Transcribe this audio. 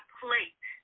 plate